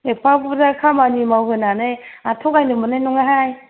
एफा बुरजा खामानि मावहोनानै आरो थगायनो मोननाय नङाहाय